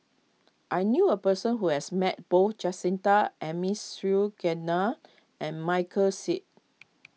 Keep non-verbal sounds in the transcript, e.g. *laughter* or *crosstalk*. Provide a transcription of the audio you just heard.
I knew a person who has met both Jacintha *unintelligible* and Michael Seet